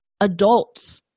adults